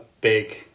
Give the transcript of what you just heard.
big